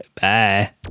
bye